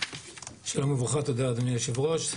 שלום וברכה, תודה אדוני היושב ראש.